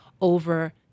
over